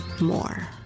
more